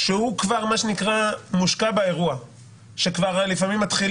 שכבר "מושקע" באירוע ואולי הוא כבר השתכנע